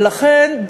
ולכן,